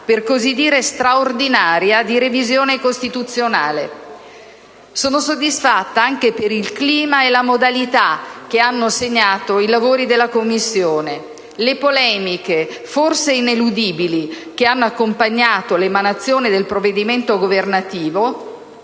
per così dire straordinaria di revisione costituzionale. Sono soddisfatta anche per il clima e la modalità che hanno segnato i lavori della Commissione. Le polemiche, forse ineludibili, che hanno accompagnato l'emanazione del provvedimento governativo